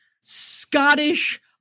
scottish